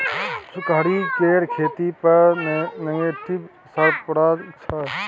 सुखाड़ि केर खेती पर नेगेटिव असर परय छै